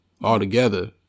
altogether